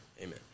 Amen